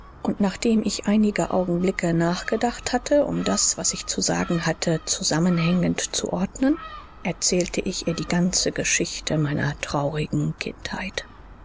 und nach dem ich einige augenblicke nachgedacht hatte um das was ich zu sagen hatte zusammenhängend zu ordnen erzählte ich ihr die ganze geschichte meiner traurigen kindheit